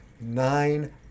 Nine